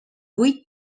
vuit